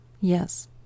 Yes